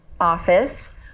office